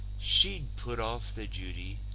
she'd put off the duty,